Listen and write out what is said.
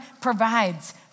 provides